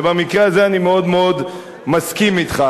ובמקרה הזה אני מאוד מאוד מסכים אתך.